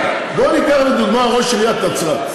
בוא ניקח לדוגמה את ראש עיריית נצרת,